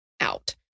out